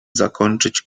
zakończyć